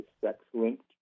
sex-linked